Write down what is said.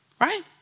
right